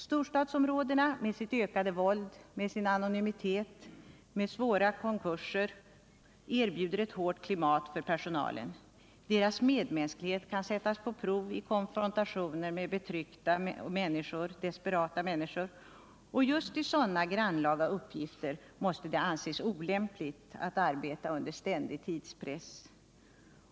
Storstadsområdena med sitt ökande våld, med sin anonymitet, med komplicerade konkurser etc. erbjuder ett hårt klimat för personalen. Deras medmänsklighet kan sättas på prov i konfrontationer med betryckta eller desperata människor; just i sådana grannlaga uppgifter måste det anses olämpligt att arbeta under ständig tidspress.